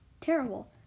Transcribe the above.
terrible